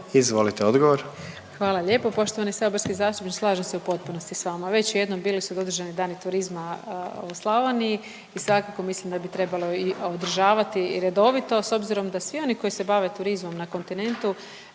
Nikolina (HDZ)** Hvala lijepo. Poštovani saborski zastupniče, slažem se u potpunosti s vama. Već jednom bili su održani Dani turizma u Slavoniji i svakako mislim da bi trebalo ih održavati redovito s obzirom da svi oni koji se bave turizmom na kontinentu